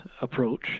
approach